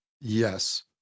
Yes